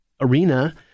arena